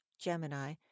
Gemini